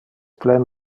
plen